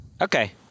Okay